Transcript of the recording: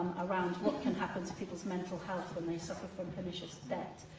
around what can happen to people's mental health when they suffer from pernicious debt,